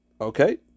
okay